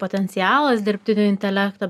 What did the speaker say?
potencialas dirbtinio intelekto